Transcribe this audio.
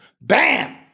Bam